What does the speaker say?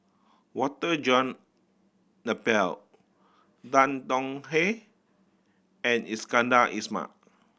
Walter John Napier Tan Tong Hye and Iskandar Ismail